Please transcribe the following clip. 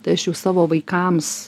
tai aš jau savo vaikams